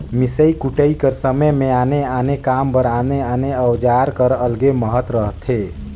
मिसई कुटई कर समे मे आने आने काम बर आने आने अउजार कर अलगे महत रहथे